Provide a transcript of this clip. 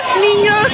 niños